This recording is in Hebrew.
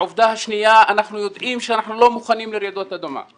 העובדה השנייה היא שאנחנו יודעים שאנחנו לא מוכנים לרעידות אדמה,